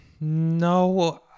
no